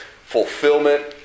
fulfillment